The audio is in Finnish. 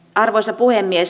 arvoisa puhemies